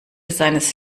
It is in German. seines